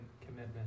commitment